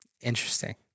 Interesting